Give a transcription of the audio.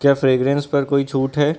क्या फ्रेग्रेन्स पर कोई छूट है